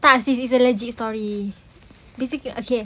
tak sis it's a legit story basically okay